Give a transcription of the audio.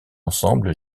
ensemble